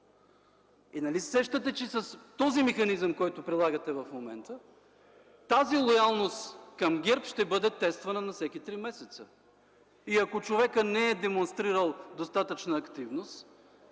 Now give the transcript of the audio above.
Нали се сещате, че с механизма, който прилагате в момента, тази лоялност към ГЕРБ ще бъде тествана на всеки три месеца?! Ако човекът не е демонстрирал достатъчна активност